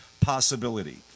possibility